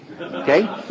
Okay